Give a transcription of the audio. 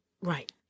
Right